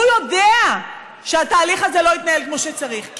והוא יודע שהתהליך הזה לא התנהל כמו שצריך.